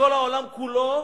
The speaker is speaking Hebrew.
מכל העולם כולו,